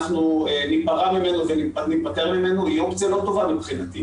ניפרע ממנו וניפטר ממנו היא אופציה לא טובה מבחינתי.